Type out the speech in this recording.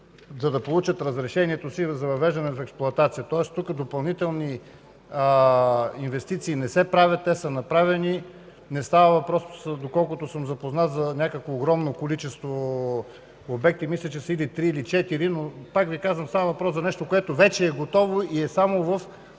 за да получат разрешение за въвеждане в експлоатация. Тоест тук допълнителни инвестиции не се правят – те са направени. Не става въпрос, доколкото съм запознат, за огромно количество обекти – мисля, че са три или четири. Става въпрос, пак Ви казвам, за нещо, което вече е готово и е само в